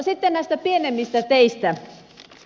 sitten näistä pienemmistä teistä